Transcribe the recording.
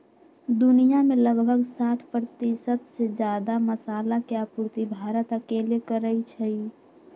दुनिया में लगभग साठ परतिशत से जादा मसाला के आपूर्ति भारत अकेले करई छई